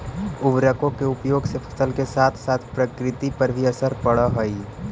उर्वरकों के उपयोग से फसल के साथ साथ प्रकृति पर भी असर पड़अ हई